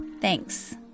Thanks